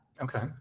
Okay